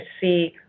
see